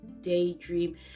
daydream